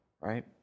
right